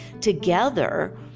together